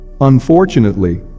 Unfortunately